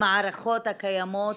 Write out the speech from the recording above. המערכות הקיימות